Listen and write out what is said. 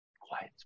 quiet